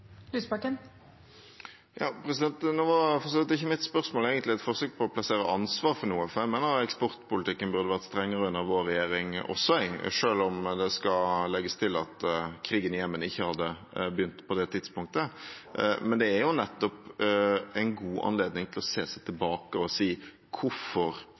Nå var for så vidt ikke mitt spørsmål egentlig et forsøk på å plassere ansvar for noe, for jeg mener eksportpolitikken burde vært strengere også under vår regjering, selv om det skal legges til at krigen i Jemen ikke hadde begynt på det tidspunktet. Men det er jo nettopp en god anledning til å se seg tilbake og si: Hvorfor